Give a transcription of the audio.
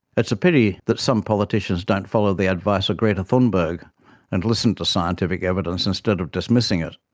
it's a pity that some politicians don't follow the advice of greta thunberg and listen to scientific evidence instead of dismissing it.